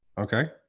okay